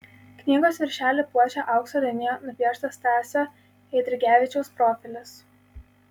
knygos viršelį puošia aukso linija nupieštas stasio eidrigevičiaus profilis